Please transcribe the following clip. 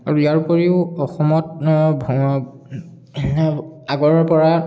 আৰু ইয়াৰ উপৰিও অসমত ভ আগৰ পৰা